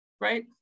right